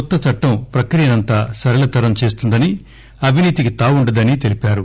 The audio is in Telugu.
కొత్త చట్టం ప్రక్రియనంతా సరళతరం చేస్తుందని అవినీతికి తావుండదని తెలిపారు